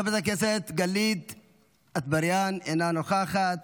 חברת הכנסת גלית אטבריאן, אינה נוכחת,